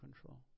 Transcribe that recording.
control